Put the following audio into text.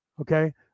Okay